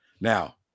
Now